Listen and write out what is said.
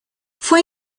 fue